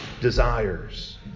desires